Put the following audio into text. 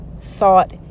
thought